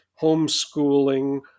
homeschooling